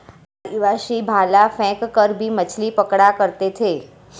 आदिवासी भाला फैंक कर भी मछली पकड़ा करते थे